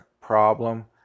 problem